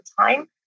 time